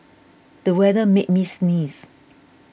the weather made me sneeze